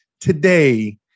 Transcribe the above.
today